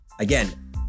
Again